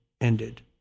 ended